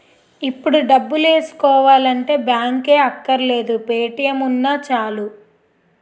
ఇప్పుడు డబ్బులేసుకోవాలంటే బాంకే అక్కర్లేదు పే.టి.ఎం ఉన్నా చాలు